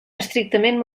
estrictament